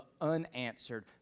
unanswered